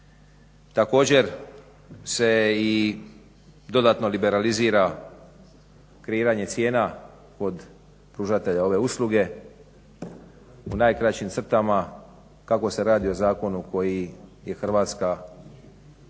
također se i dodatno liberalizira kreiranje cijena kod pružatelja ove usluge. u najkraćim crtama kako se radi o zakonu koji je Hrvatska obavezna